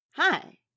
Hi